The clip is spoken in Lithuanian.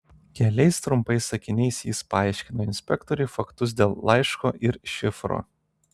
keliais trumpais sakiniais jis paaiškino inspektoriui faktus dėl laiško ir šifro